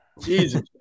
Jesus